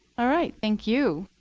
all right, thank you.